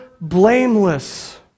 blameless